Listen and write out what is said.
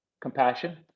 Compassion